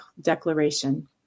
declaration